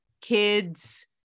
kids